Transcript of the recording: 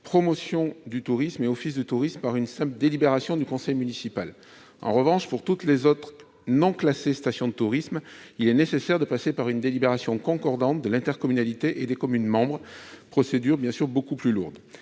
promotion du tourisme, dont la création d'offices du tourisme » par une simple délibération du conseil municipal. En revanche, pour toutes les communes non classées stations de tourisme, il est nécessaire de passer par une délibération concordante de l'intercommunalité et des communes membres, une procédure beaucoup plus lourde.